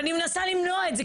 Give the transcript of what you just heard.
אז אני מנסה למנוע את זה,